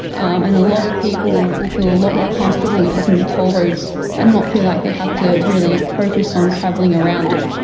and a lot of people will feel a lot more comfortable using the toll roads and not feel like they have to really focus on travelling around them.